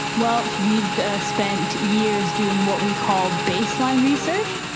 well, we've spent years doing what we call baseline research.